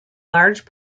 large